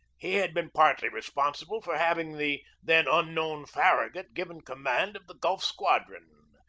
he had been partly respon sible for having the then unknown farragut given command of the gulf squadron,